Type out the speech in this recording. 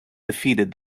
defeat